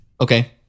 okay